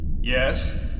Yes